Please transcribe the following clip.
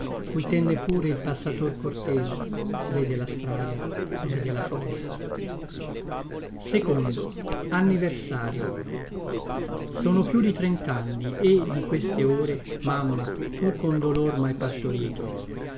cui tenne pure il passator cortese re della strada re della foresta sono più di trentanni e di queste ore mamma tu con dolor mhai partorito